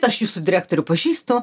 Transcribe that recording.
aš jūsų direktorių pažįstu